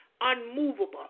unmovable